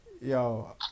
yo